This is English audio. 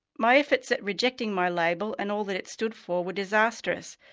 my efforts at rejecting my label and all that it stood for were disastrous,